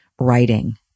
writing